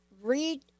read